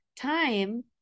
Time